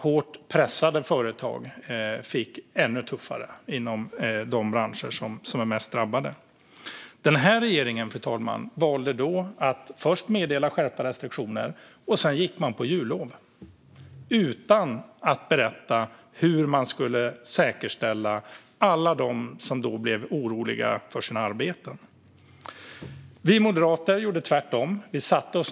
Hårt pressade företag inom de branscher som är mest drabbade fick det ännu tuffare. Den här regeringen, fru talman, valde att först meddela skärpta restriktioner och sedan gå på jullov - utan att berätta hur man skulle säkerställa situationen för alla dem som då blev oroliga för sina arbeten. Vi moderater gjorde tvärtom.